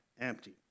empty